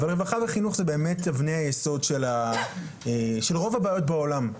אבל רווחה וחינוך זה באמת אבני היסוד של רוב הבעיות בעולם,